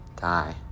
die